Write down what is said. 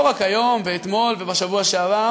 לא רק היום ואתמול ובשבוע שעבר,